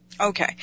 Okay